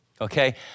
Okay